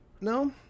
No